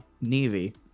navy